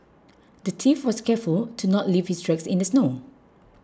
the thief was careful to not leave his tracks in the snow